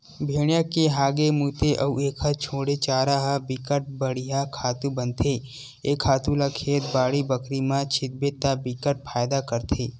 भेड़िया के हागे, मूते अउ एखर छोड़े चारा ह बिकट बड़िहा खातू बनथे ए खातू ल खेत, बाड़ी बखरी म छितबे त बिकट फायदा करथे